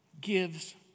gives